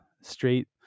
straight